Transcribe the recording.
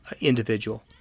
individual